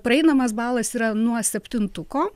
praeinamas balas yra nuo septintuko